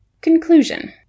Conclusion